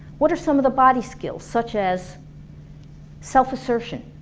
what are some of the body skills, such as self-assertion,